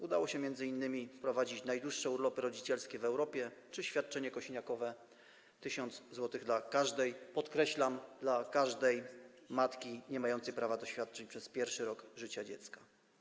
Udało się nam m.in. wprowadzić najdłuższe urlopy rodzicielskie w Europie czy świadczenie tzw. kosiniakowe, czyli 1000 zł dla każdej - podkreślam: dla każdej - matki niemającej prawa do świadczeń przez pierwszy rok życia dziecka.